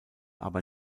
aber